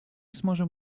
сможем